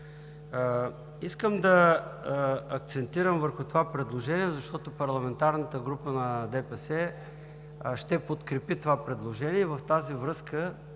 Искам да акцентирам върху това предложение, защото парламентарната група на ДПС ще го подкрепи. В тази връзка,